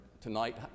tonight